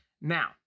Now